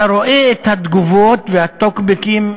אתה רואה את התגובות והטוקבקים,